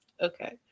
Okay